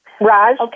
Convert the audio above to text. Raj